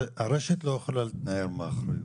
הרשת לא יכולה להתנער מאחריות.